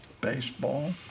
baseball